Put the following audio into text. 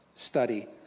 study